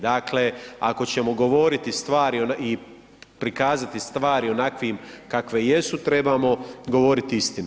Dakle ako ćemo govoriti stvari i prikazati stvari onakvim kakve jesu trebamo govoriti istinu.